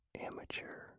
Amateur